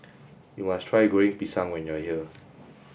you must try Goreng Pisang when you are here